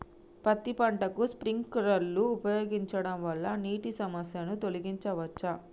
పత్తి పంటకు స్ప్రింక్లర్లు ఉపయోగించడం వల్ల నీటి సమస్యను తొలగించవచ్చా?